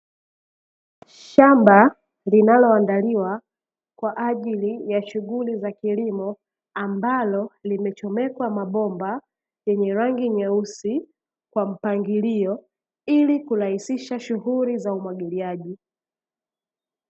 Shamba linaloandaliwa kwa ajili ya shughuli za kilimo, ambalo limechomekwa mabomba yenye rangi nyeusi kwa mpangilio ili kurahisisha shughuli za umwagiliaji.